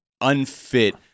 unfit